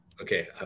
Okay